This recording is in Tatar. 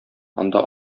анда